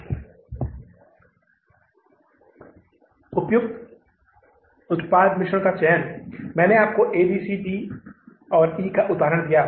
तो प्रयत्न त्रुटि विधि के बाद यदि आप कुल राशि की गणना करते हैं यदि आप इसे मान ले कि उदाहरण के लिए हम अपने मूल का कितना भुगतान करते हैं 61000 हम इसे वापस बैंक को 61000 का भुगतान कर रहे हैं